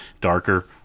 darker